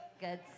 good